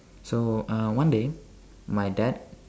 so uh one day my dad